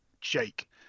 Jake